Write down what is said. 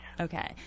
okay